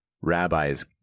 rabbis